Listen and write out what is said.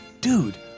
Dude